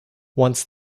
once